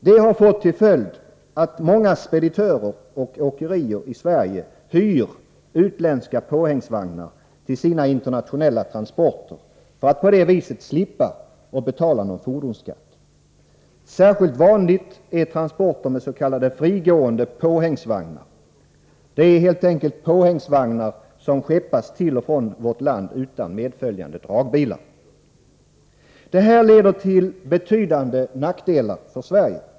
Detta har fått till följd, att många speditörer och åkerier i Sverige hyr utländska påhängsvagnar till sina internationella transporter för att på det viset slippa betala fordonsskatt. Särskilt vanligt är transporter med s.k. frigående påhängsvagnar. Det är påhängsvagnar som skeppas till och från vårt land utan medföljande dragbilar. Det här leder till betydande nackdelar för Sverige.